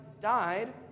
died